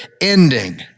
ending